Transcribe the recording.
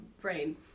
brain